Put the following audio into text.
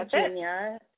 Virginia